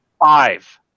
Five